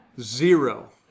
Zero